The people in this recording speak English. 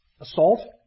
assault